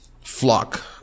flock